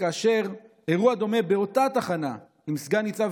כאשר אירוע דומה באותה תחנה עם סגן ניצב